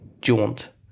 jaunt